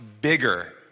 bigger